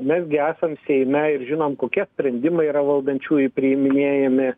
mes gi esam seime ir žinom kokie sprendimai yra valdančiųjų priiminėjami